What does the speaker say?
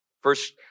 First